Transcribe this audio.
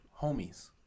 homies